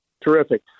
Terrific